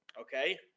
okay